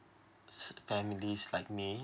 se~ families like me